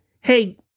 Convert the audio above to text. Hey